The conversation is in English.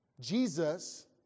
Jesus